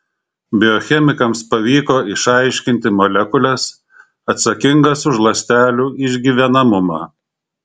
biochemikams pavyko išaiškinti molekules atsakingas už ląstelių išgyvenamumą